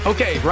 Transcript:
Okay